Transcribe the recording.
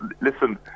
listen